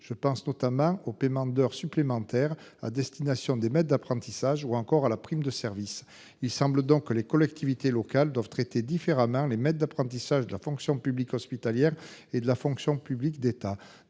Je pense notamment au paiement d'heures supplémentaires à destination des maîtres d'apprentissage ou encore à la prime de service. Il semble donc que les collectivités locales doivent traiter différemment les maîtres d'apprentissage de la fonction publique hospitalière et de la fonction publique d'État